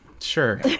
sure